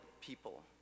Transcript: people